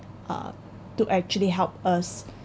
uh to actually help us